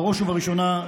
ובראש ובראשונה,